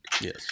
Yes